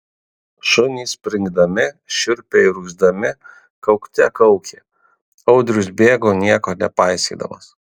šunys springdami šiurpiai urgzdami kaukte kaukė audrius bėgo nieko nepaisydamas